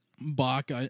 Bach